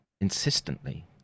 insistently